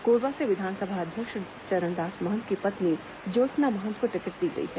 कोरबा से विधानसभा अध्यक्ष चरणदास महंत की पत्नी ज्योत्सना महंत को टिकट दी गई है